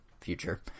future